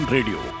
Radio